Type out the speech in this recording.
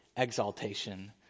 exaltation